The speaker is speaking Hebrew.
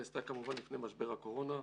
נעשתה כמובן לפני משבר הקורונה,